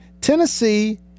Tennessee